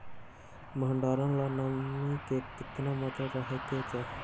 भंडारण ला नामी के केतना मात्रा राहेके चाही?